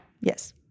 Yes